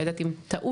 לא יודעת אם טעות,